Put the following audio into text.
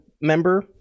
member